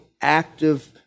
active